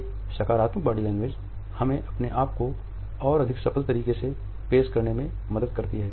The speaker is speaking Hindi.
एक सकारात्मक बॉडी लैंग्वेज हमें अपने आप को और अधिक सफल तरीके से पेश करने में मदद करती है